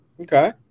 Okay